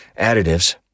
additives